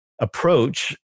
approach